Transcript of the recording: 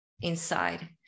inside